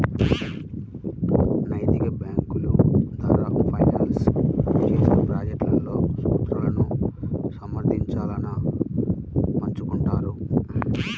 నైతిక బ్యేంకుల ద్వారా ఫైనాన్స్ చేసే ప్రాజెక్ట్లలో సూత్రాలను సమర్థించాలను పంచుకుంటారు